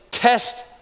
test